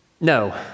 No